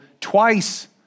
twice